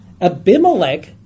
Abimelech